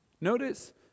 Notice